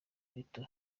rito